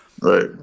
Right